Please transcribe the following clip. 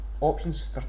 options